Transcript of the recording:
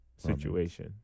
Situation